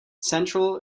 central